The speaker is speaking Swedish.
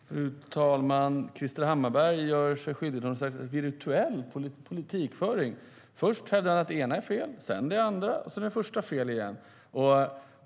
Fru talman! Krister Hammarbergh gör sig skyldig till något slags virtuell politikföring. Först säger han att det ena är fel, sedan det andra, och så är det första fel igen.